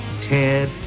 Ted